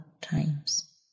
times